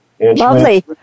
Lovely